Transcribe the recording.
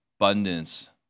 abundance